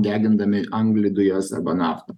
degindami anglį dujas arba naftą